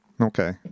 okay